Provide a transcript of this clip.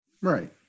right